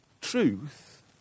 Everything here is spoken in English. truth